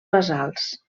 basals